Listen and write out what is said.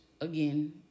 again